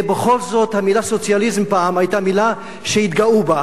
ובכל זאת המלה "סוציאליזם" פעם היתה מלה שהתגאו בה.